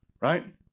right